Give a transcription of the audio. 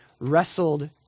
wrestled